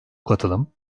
katılım